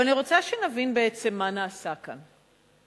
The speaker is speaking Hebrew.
אבל אני רוצה שנבין בעצם מה נעשה כאן.